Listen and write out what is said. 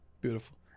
Beautiful